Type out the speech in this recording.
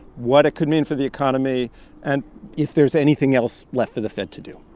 what it could mean for the economy and if there's anything else left for the fed to do.